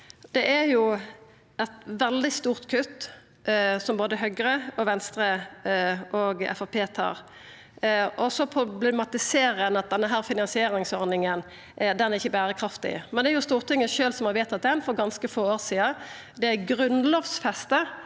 Det er eit veldig stort kutt som både Høgre, Venstre og Framstegspartiet gjer. Ein problematiserer at denne finansieringsordninga ikkje er berekraftig, men det er Stortinget sjølv som har vedtatt ho for ganske få år sidan. Det er grunnlovfesta